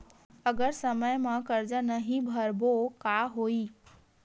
अगर समय मा कर्जा नहीं भरबों का होई?